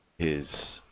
is